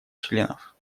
членов